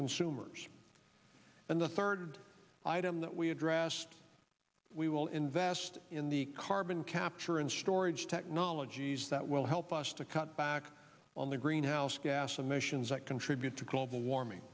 consumers and the third item that we addressed we will invest in the carbon capture and storage technologies that will help us to cut back on the greenhouse gas emissions that contribute to global warming